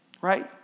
right